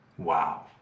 Wow